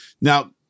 Now